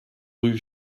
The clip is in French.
rue